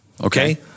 okay